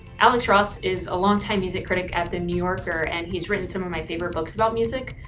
alex ross is a long time music critic at the new yorker and he's written some of my favorite books about music.